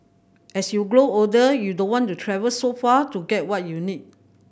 as you grow older you don't want to travel so far to get what you need